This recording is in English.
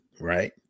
right